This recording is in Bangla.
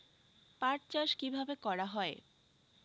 পাট চাষ কীভাবে করা হয়?